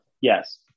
Yes